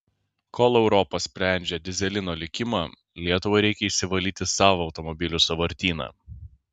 kol europa sprendžia dyzelino likimą lietuvai reikia išsivalyti savą automobilių sąvartyną